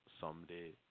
Someday